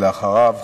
ואחריו,